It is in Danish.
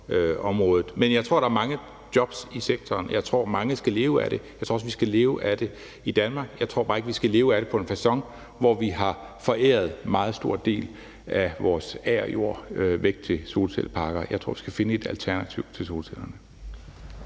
området. Men jeg tror, at der er mange jobs i sektoren. Jeg tror, mange skal leve af det. Jeg tror også, vi skal leve af det i Danmark. Jeg tror bare ikke, vi skal leve af det på en facon, hvor vi har foræret en meget stor del af vores agerjord væk til solcelleparker. Jeg tror, vi skal finde et alternativ til solcellerne.